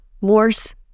Morse